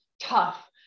tough